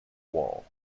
wall